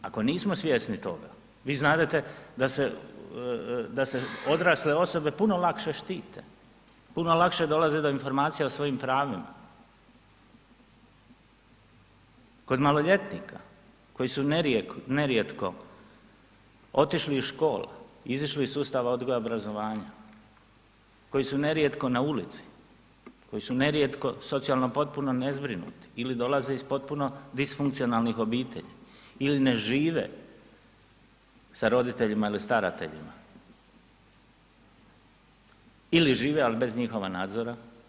Ako nismo svjesni toga, vi znadete da se, da se odrasle osobe puno lakše štite, puno lakše dolaze do informacija o svojim pravima, kod maloljetnika koji su nerijetko otišli iz škole, izišli iz sustava odgoja i obrazovanja, koji su nerijetko na ulici, koji su nerijetko socijalno potpuno nezbrinuti ili dolaze iz potpuno disfunkcionalnih obitelji ili ne žive sa roditeljima ili starateljima ili žive, ali bez njihova nadzora.